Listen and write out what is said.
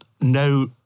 no